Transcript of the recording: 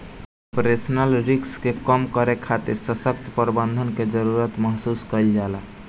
operational risk के कम करे खातिर ससक्त प्रबंधन के जरुरत महसूस कईल जाला